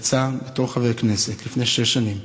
יצא, בתור חבר כנסת, לפני שש שנים,